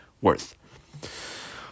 worth